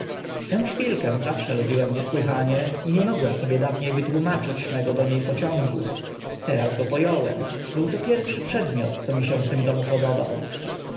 tę szpilkę zawsze lubiłem niesłychanie i nie mogłem sobie dawnie wytłumaczyć mo ego do nie pociągu teraz go po ąłem był to pierwszy przedmiot co mi się w tym domu podobał